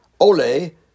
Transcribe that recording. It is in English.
Ole